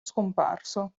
scomparso